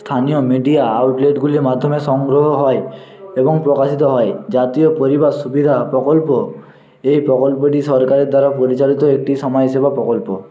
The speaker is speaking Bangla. স্থানীয় মিডিয়া আউটলেটগুলির মাধ্যমে সংগ্রহ হয় এবং প্রকাশিত হয় জাতীয় পরিবার সুবিধা প্রকল্প এই প্রকল্পটি সরকারের দ্বারা পরিচালিত একটি সমাজ সেবা প্রকল্প